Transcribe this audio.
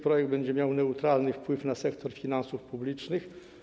Projekt będzie miał neutralny wpływ na sektor finansów publicznych.